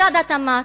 משרד התמ"ת,